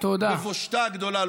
לבושתה הגדולה,